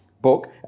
book